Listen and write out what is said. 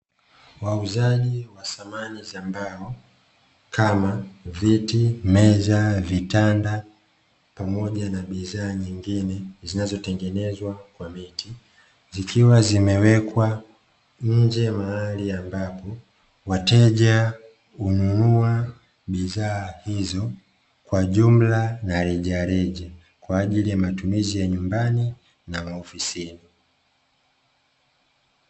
Wauzaji wa samani za mbao kama viti, meza, vitanda pamoja na bidhaa nyingine zinazo tengenezwa kwa miti, zikiwa zimewekwa nje mahali ambapo wateja hununua bidhaa hizo kwa jumla na rejareja kwa ajili ya matumizi ya nyumbani na maofisini.